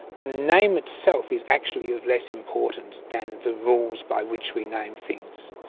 the name itself is actually of less importance than the rules by which we name things.